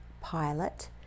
Pilot